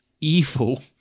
evil